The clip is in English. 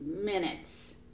minutes